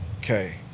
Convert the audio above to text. Okay